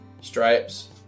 Stripes